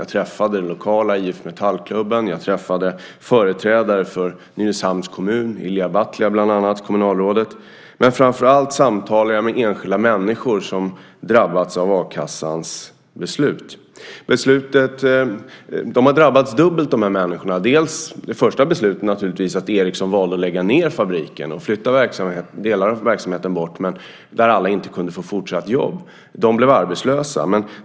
Jag träffade den lokala IF Metallklubben och jag träffade företrädare för Nynäshamns kommun, bland annat kommunalrådet Ilija Batljan. Framför allt samtalade jag med enskilda människor som hade drabbats av a-kassans beslut. De här människorna har drabbats dubbelt; först av beslutet att Ericsson valde att lägga ned fabriken och flytta delar av verksamheten där inte alla kunde få fortsatt jobb. De blev arbetslösa.